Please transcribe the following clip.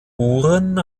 buren